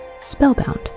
spellbound